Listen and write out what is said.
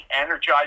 energized